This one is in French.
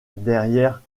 derrière